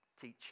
teacher